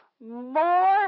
more